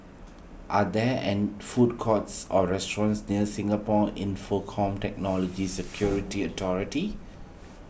are there and food courts or restaurants near Singapore Infocomm Technology Security Authority